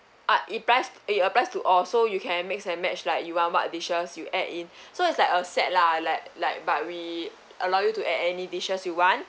uh it applies uh it applies to all so you can mix and match lah you want what dishes you add in so it's like uh set lah like like but we allow you to add any dishes you want